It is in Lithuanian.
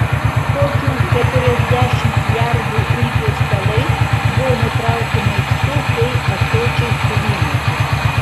kokių keturiasdešimt jardų ilgio stalai buvo nukrauti maistu bei ąsočiais su vynu